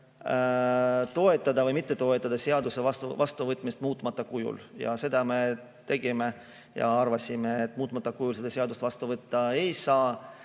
toetada või mitte toetada seaduse vastuvõtmist muutmata kujul. Seda me arutasime ja arvasime, et muutmata kujul seda seadust vastu võtta ei saa.